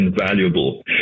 invaluable